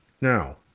Now